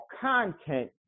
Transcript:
content